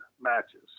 matches